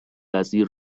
وزیر